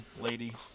lady